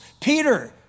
Peter